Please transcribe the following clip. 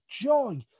joy